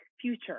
future